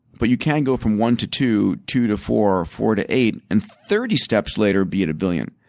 but, you can go from one to two, two to four, four to eight and thirty steps later be at a billion.